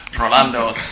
Rolando